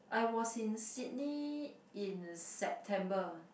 I was in Sydney in September